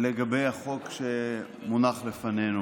לגבי החוק שמונח לפנינו.